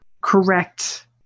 correct